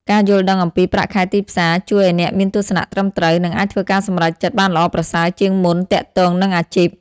ការយល់ដឹងអំពីប្រាក់ខែទីផ្សារជួយឲ្យអ្នកមានទស្សនៈត្រឹមត្រូវ និងអាចធ្វើការសម្រេចចិត្តបានល្អប្រសើរជាងមុនទាក់ទងនឹងអាជីព។